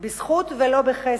בזכות ולא בחסד.